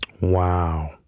Wow